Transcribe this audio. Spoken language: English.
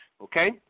Okay